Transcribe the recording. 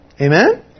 Amen